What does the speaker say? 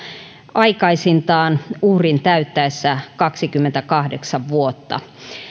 aikaisintaan uhrin täyttäessä kaksikymmentäkahdeksan vuotta